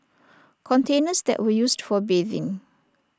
containers that were used for bathing